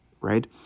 right